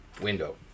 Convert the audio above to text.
window